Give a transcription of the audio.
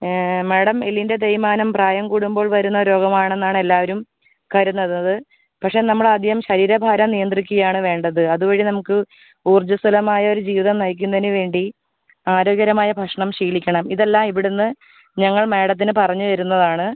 madam എല്ലിൻ്റെ തേയ്മാനം പ്രായം കൂടുമ്പോൾ വരുന്ന രോഗം ആണെന്ന് ആണ് എല്ലാവരും കരുതുന്നത് പക്ഷേ നമ്മൾ അധികം ശരീര ഭാരം നിയന്ത്രിക്കുക ആണ് വേണ്ടത് അത് വഴി നമുക്ക് ഊർജ്ജസ്വലമായ ഒരു ജീവിതം നയിക്കുന്നതിന് വേണ്ടി ആരോഗ്യകരമായ ഭക്ഷണം ശീലിക്കണം ഇത് എല്ലാം ഇവിടുന്ന് ഞങ്ങൾ മാഡത്തിന് പറഞ്ഞ് തരുന്നത് ആണ്